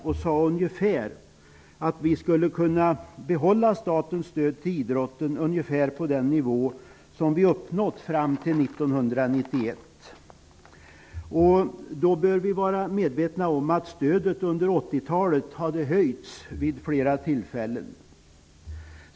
Vi sade att vi skulle kunna behålla statens stöd till idrotten på ungefär den nivå som vi hade uppnått fram till 1991. Man bör vara medveten om att stödet under 1980 talet hade höjts vid flera tillfällen.